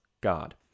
God